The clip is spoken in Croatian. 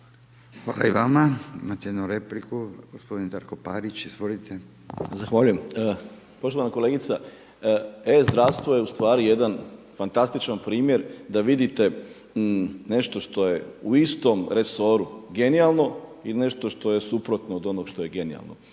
Hvala i vama. Imate jednu repliku, gospodin Darko Parić. Izvolite. **Parić, Darko (SDP)** Zahvaljujem. Poštovana kolegica, e-zdravstvo je u stvari jedan fantastičan primjer da vidite nešto što je u istom resoru genijalno i nešto što je suprotno od onog što je genijalno.